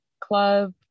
club